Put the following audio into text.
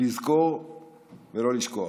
לזכור ולא לשכוח.